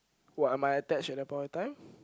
what am I attached at the point of time